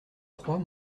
trois